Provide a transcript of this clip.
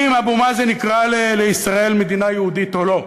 אם אבו מאזן יקרא לישראל מדינה יהודית או לא.